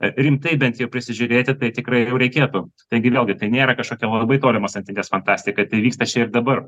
rimtai bent jo prisižiūrėti tai tikrai reikėtų taigi vėlgi tai nėra kažkokia labai tolimos ateities fantastika tai vyksta čia ir dabar